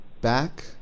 back